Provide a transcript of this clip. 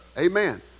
Amen